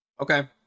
Okay